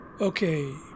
Okay